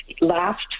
last